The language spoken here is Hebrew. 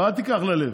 אבל אל תיקח ללב,